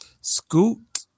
Scoot